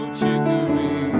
chicory